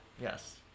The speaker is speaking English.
Yes